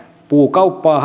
puukauppaa